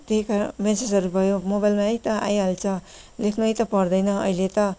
त्यही कारण म्यासेजहरू भयो मोबाइलमै त आइहाल्छ लेख्नै त पर्दैन अहिले त